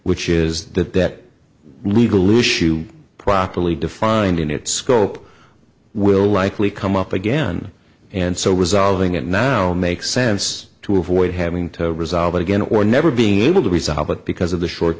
which is that legal issue properly defined in its scope will likely come up again and so resolving it now makes sense to avoid having to resolve it again or never being able to resolve it because of the short